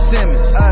Simmons